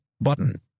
Button